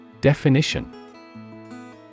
Definition